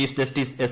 chief justice S